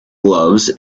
gloves